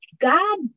God